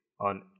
on